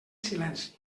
silenci